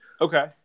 Okay